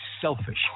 selfish